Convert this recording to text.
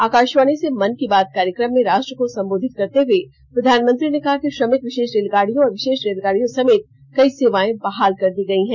आकाशवाणी से मन की बात कार्यक्रम में राष्ट्र को संबोधित करते हुए प्रधानमंत्री ने कहा कि श्रमिक विशेष रेलगाडियों और विशेष रेलगाडियों समेत कई सेवाएं बहाल कर दी गई हैं